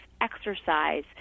exercise